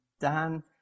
Dan